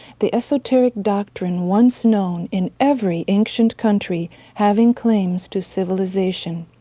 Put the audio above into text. the esoteric doctrine once known in every ancient country having claims to civilization.